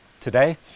today